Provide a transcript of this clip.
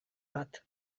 bat